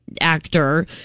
actor